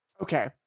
Okay